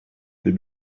they